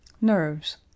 Nerves